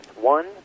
One